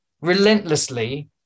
relentlessly